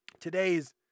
today's